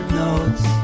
notes